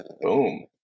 Boom